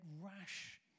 rash